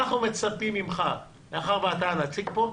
אנחנו מצפים ממך, מאחר שאתה הנציג פה,